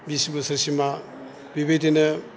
बिस बोसोरसिमआ बिबायदिनो